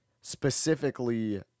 specifically